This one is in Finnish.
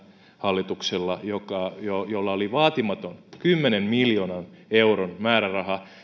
hallituksella jolla oli vaatimaton kymmenen miljoonan euron määräraha